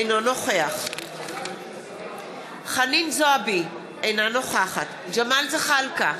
אינו נוכח חנין זועבי, אינה נוכחת ג'מאל זחאלקה,